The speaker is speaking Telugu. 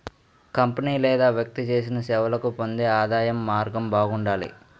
కంపెనీ లేదా వ్యక్తి చేసిన సేవలకు పొందే ఆదాయం మార్గం బాగుండాలి